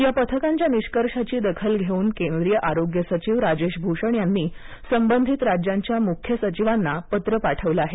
या पथकांच्या निष्कर्षाची दखल घेऊन केंद्रीय आरोग्य सचिव राजेश भूषण यांनी संबंधित राज्यांच्या मुख्य सचिवांना पत्र पाठवलं आहे